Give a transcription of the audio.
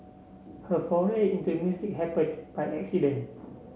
her foray into music happened by accident